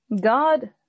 God